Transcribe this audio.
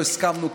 לא הסכמנו,